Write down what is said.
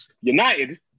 United